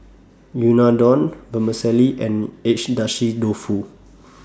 Unadon Vermicelli and Agedashi Dofu